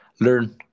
learn